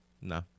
No